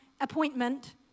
appointment